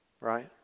right